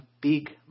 big